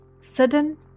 sudden